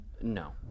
No